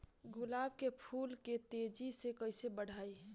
गुलाब के फूल के तेजी से कइसे बढ़ाई?